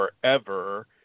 forever